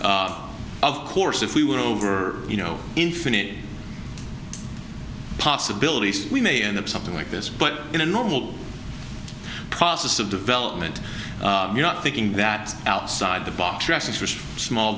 this of course if we were over you know infinite possibilities we may end up something like this but in a normal process of development you're not thinking that outside the box